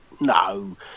No